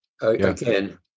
Again